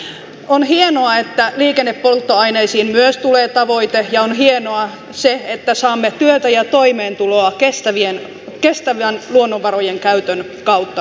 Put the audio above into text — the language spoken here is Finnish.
on hienoa että myös liikennepolttoaineisiin tulee tavoite ja on hienoa se että saamme työtä ja toimeentuloa kestävän luonnonvarojen käytön kautta tänne suomeen